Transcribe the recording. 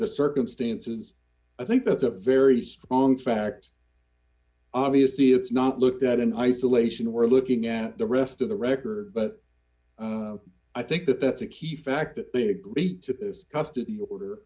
the circumstances i think that's a very strong fact obviously it's not looked at in isolation we're looking at the rest of the record but i think that that's a key fact that they agree to this custody order